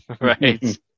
Right